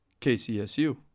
KCSU